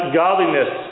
godliness